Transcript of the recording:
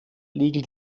liegen